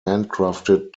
handcrafted